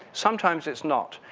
sometimes it's not,